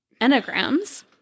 enagrams